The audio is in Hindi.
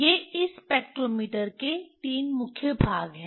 ये इस स्पेक्ट्रोमीटर के तीन मुख्य भाग हैं